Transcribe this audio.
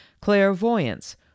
clairvoyance